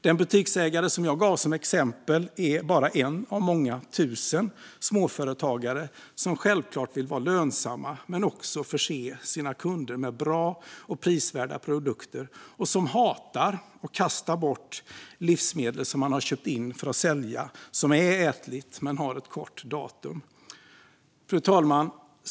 Den butiksägare som jag gav som exempel är bara en av många tusen småföretagare som självklart vill vara lönsamma men också förse sina kunder med bra och prisvärda produkter och som hatar att kasta bort livsmedel som de har köpt in för att sälja och som är ätligt men har ett kort datum. Fru talman!